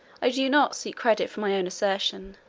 ah do not seek credit from my own assertion.